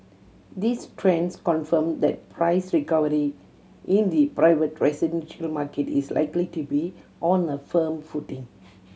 these trends confirm that price recovery in the private residential market is likely to be on a firm footing